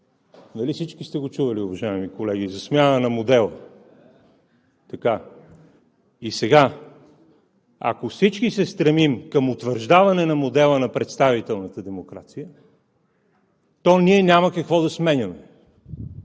Нали всички сте го чували, уважаеми колеги, за смяна на модела?! И сега, ако всички се стремим към утвърждаване на модела на представителната демокрация, то ние няма какво да сменяме.